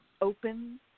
open